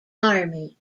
army